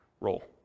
role